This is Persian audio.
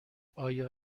آیا